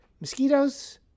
Mosquitoes